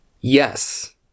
yes